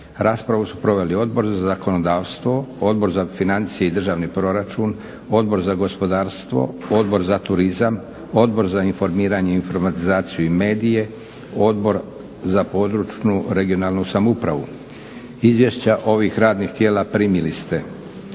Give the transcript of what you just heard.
Raspravu su proveli: Odbor za zakonodavstvo, Odbor za financije i državni proračun, Odbor za gospodarstvo, Odbor za turizam, Odbor za informiranje, informatizaciju i medije, Odbor za područnu, regionalnu samoupravu. Izvješća ovih radnih tijela primili ste.